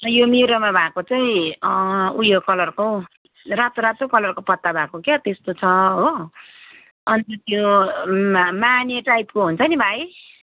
यो मेरोमा भएको चाहिँ उयो कलरको हौ रातो रातो कलरको पता भएको क्या त्यस्तो छ हो अनि त्यो माने टाइपको हुन्छ नि भाइ